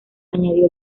añadió